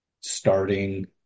starting